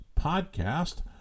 podcast